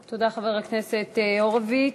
תודה, חבר הכנסת הורוביץ.